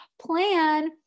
plan